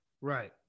Right